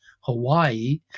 Hawaii